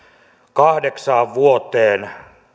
kahdeksaan vuoteen